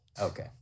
Okay